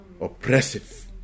Oppressive